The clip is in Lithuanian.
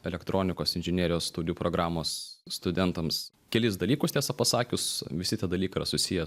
elektronikos inžinerijos studijų programos studentams kelis dalykus tiesą pasakius visi tie dalykai yra susiję